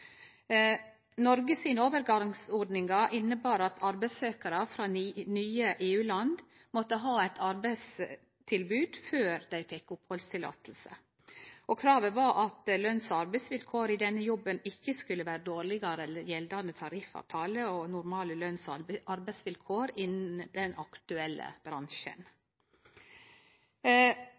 overgangsordningar innebar at arbeidssøkjarar frå nye EU-land måtte ha eit arbeidstilbod før dei fekk opphaldsløyve, og kravet var at løns- og arbeidsvilkår i den jobben ein hadde fått tilbod om, ikkje skulle vere dårlegare enn gjeldande tariffavtale og normale løns- og arbeidsvilkår i den aktuelle bransjen.